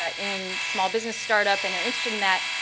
ah in small business startup and they're interested in that,